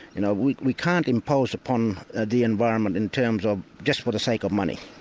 you know we we can't impose upon the environment in terms of just for the sake of money.